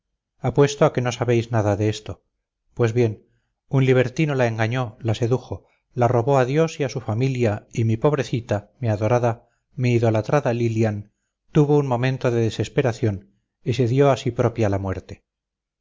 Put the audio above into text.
ángeles apuesto a que no sabéis nada de esto pues bien un libertino la engañó la sedujo la robó a dios y a su familia y mi pobrecita mi adorada mi idolatrada lillian tuvo un momento de desesperación y se dio a sí propia la muerte